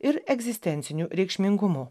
ir egzistenciniu reikšmingumu